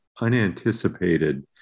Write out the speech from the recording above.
unanticipated